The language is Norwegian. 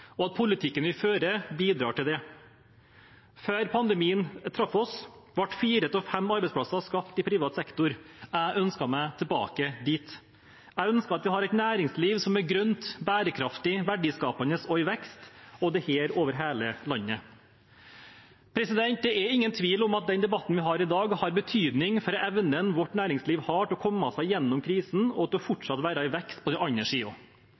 og at politikken vi fører, bidrar til det. Før pandemien traff oss, ble fire av fem arbeidsplasser skapt i privat sektor. Jeg ønsker meg tilbake dit. Jeg ønsker at vi har et næringsliv som er grønt, bærekraftig, verdiskapende og i vekst – og dette over hele landet. Det er ingen tvil om at den debatten vi har i dag, har betydning for evnen vårt næringsliv har til å komme seg gjennom krisen og til fortsatt å være i vekst på den andre